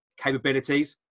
capabilities